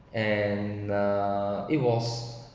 and uh it was